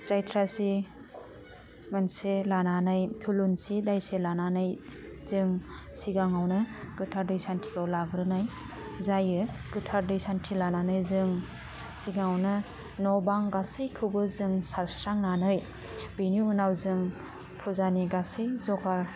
जायथ्रासि मोनसे लानानै थुलुंसि दायसे लानानै जों सिगाङावनो गोथार दै सान्थिखौ लाग्रोनाय जायो गोथार दै सान्थि लानानै जों जिगाङावनो न'बां गासैखौबो जों सारस्रांनानै बिनि उनाव जों फुजानि गासै जगार